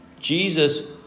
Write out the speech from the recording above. Jesus